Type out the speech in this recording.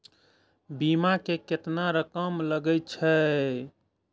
बीमा में केतना रकम लगे छै?